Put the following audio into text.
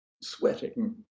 sweating